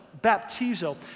baptizo